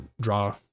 draw